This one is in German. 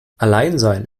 alleinsein